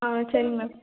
ஆ சரி மேம்